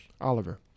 Oliver